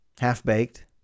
Half-Baked